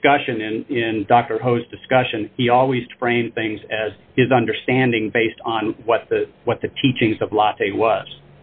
discussion and in dr hose discussion he always drains things as his understanding based on what the what the teachings of latte was